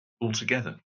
altogether